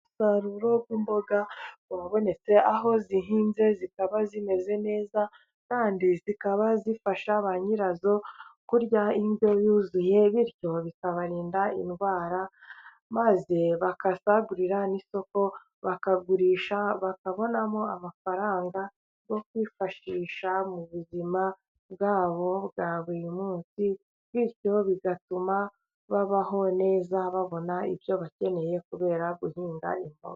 Umusaruro w'imboga wabonetse aho zihinze zikaba zimeze neza kandi zikaba zifasha ba nyirazo kurya indyo yuzuye, bityo bikabarinda indwara maze bagasagurira n'isoko bakagurisha bakabonamo amafaranga yo kwifashisha mu buzima bwabo bwa buri munsi bityo bigatuma babaho neza babona ibyo bakeneye kubera guhinga inkovu.